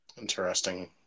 Interesting